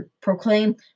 proclaim